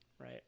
Right